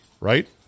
right